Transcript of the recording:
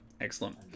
Excellent